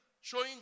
showing